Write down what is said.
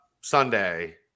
Sunday